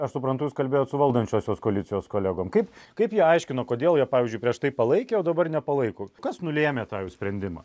aš suprantu jūs kalbėjot su valdančiosios koalicijos kolegom kaip kaip jie aiškino kodėl jie pavyzdžiui prieš tai palaikė o dabar nepalaiko kas nulėmė tą jų sprendimą